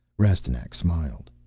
rastignac smiled.